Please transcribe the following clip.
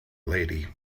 lady